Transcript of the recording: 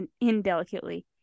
indelicately